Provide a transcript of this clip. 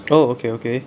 oh okay okay